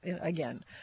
again